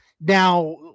Now